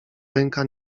ręka